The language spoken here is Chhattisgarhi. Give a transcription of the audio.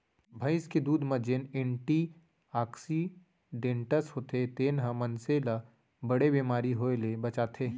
भईंस के दूद म जेन एंटी आक्सीडेंट्स होथे तेन ह मनसे ल बड़े बेमारी होय ले बचाथे